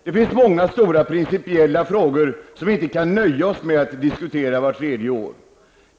Det finns många stora principiella frågor som vi inte kan nöja oss med att diskutera vart tredje år.